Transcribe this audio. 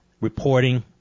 reporting